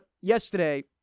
yesterday